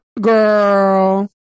Girl